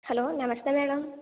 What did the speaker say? hello నమస్తే madam